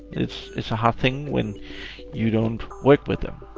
it's it's a hard thing when you don't work with them.